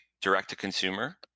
direct-to-consumer